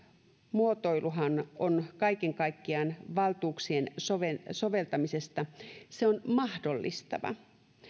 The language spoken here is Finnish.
muotoiluhan on kaiken kaikkiaan valtuuksien soveltamisesta se on mahdollistava